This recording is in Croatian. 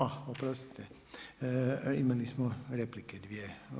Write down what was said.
A oprostite, imali smo replike dvije.